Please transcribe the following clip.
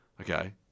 Okay